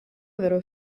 vero